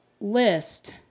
list